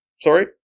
Sorry